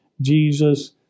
Jesus